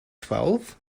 twelve